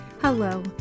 Hello